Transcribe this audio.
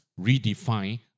redefine